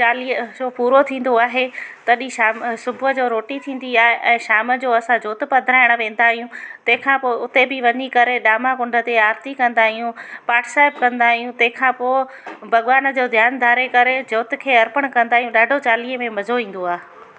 चालीह जो पूरी थींदो आहे तॾहिं शाम सुबुह जो रोटी थींदी आहे ऐं शाम जो असां जोत पताइण वेंदा आहियूं तंहिंखां पोइ हुते बि वञी करे ॾामा कुंड ते आरती कंदा आहियूं पाठ साहिब कंदा आहियूं तंहिंखां पोइ भॻवान जो ध्यानु धारे करे जोत खे अर्पण कंदा आहियूं ऐं ॾाढो चालीह में मजो ईंदो आहे